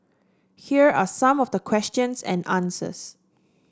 here are some of the questions and answers